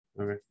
Okay